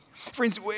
Friends